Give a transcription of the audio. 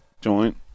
joint